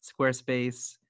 squarespace